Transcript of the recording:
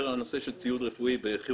יותר לנושא של ציוד רפואי בכירורגיה,